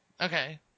Okay